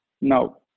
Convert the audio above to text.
Now